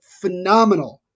phenomenal